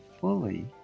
fully